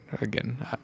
again